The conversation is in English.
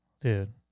dude